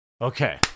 Okay